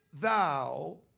thou